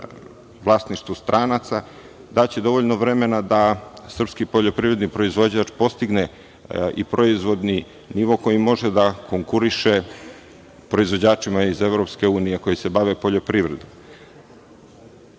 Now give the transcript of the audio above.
vlasništvu stranaca daće dovoljno vremena da srpski poljoprivredni proizvođač postigne i proizvodni nivo koji može da konkuriše proizvođačima iz EU, a koji se bave poljoprivredom. Razlog